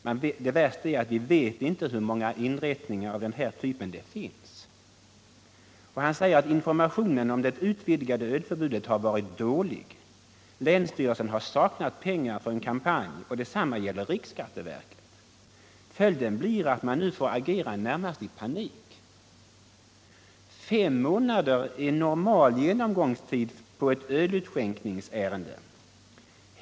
Han säger: ”Det värsta är att vi inte vet hur många inrättningar av den här typen det finns.” Vidare säger han: ”Informationen om det utvidgade ölförbudet har varit dålig. Länsstyrelsen har saknat pengar för en kampanj och detsamma gäller riksskatteverket. Följden blir att man nu får agera närmast i panik. --- Fem månader är normal genomgångstid på ett ölutskänkningsärende.